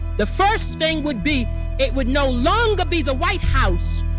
the first thing would be it would no longer be the white house.